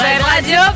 Radio